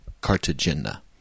Cartagena